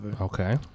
Okay